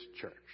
church